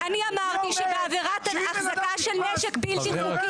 היא אומרת --- אני אמרתי שבעבירת החזקה של נשק בלתי חוקי